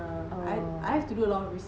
oh